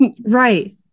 right